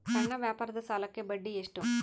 ಸಣ್ಣ ವ್ಯಾಪಾರದ ಸಾಲಕ್ಕೆ ಬಡ್ಡಿ ಎಷ್ಟು?